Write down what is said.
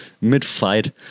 mid-fight